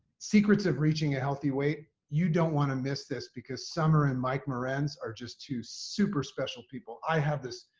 secrets of reaching a healthy weight you don't want to miss this because sumer and mike morenz are just two super special people. i have this.